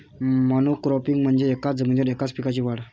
monocropping म्हणजे एकाच जमिनीवर एकाच पिकाची वाढ